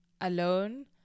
alone